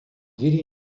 jiří